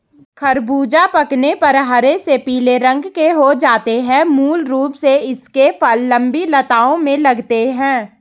ख़रबूज़ा पकने पर हरे से पीले रंग के हो जाते है मूल रूप से इसके फल लम्बी लताओं में लगते हैं